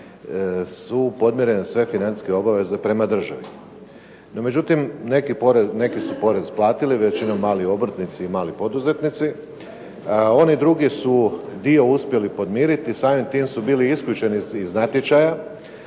su podmirene sve financijske obaveze prema državi. No međutim, neki su porez platili, većinom mali obrtnici i mali poduzetnici, a oni drugi su dio uspjeli podmiriti, samim tim su bili isključeni iz natječaja,